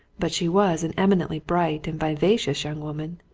but she was an eminently bright and vivacious young woman,